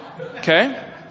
okay